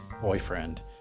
boyfriend